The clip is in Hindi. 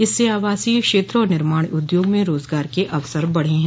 इससे आवासीय क्षेत्र और निर्माण उद्योग में रोजगार के अवसर बढ़े हैं